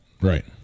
right